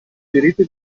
diritti